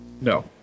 No